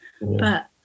but-